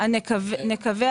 נקווה,